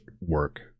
work